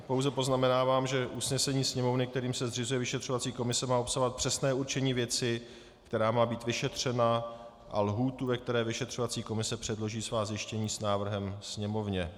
Pouze poznamenávám, že usnesení Sněmovny, kterým se zřizuje vyšetřovací komise, má obsahovat přesné určení věci, která má být vyšetřena, a lhůtu, ve které vyšetřovací komise předloží svá zjištění s návrhem Sněmovně.